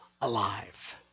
alive